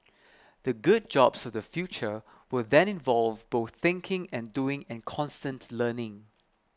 the good jobs of the future will then involve both thinking and doing and constant learning